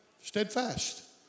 steadfast